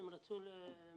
גם